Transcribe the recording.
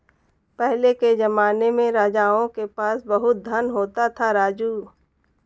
पहले के जमाने में राजाओं के पास बहुत धन होता था, राजू